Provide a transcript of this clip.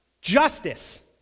justice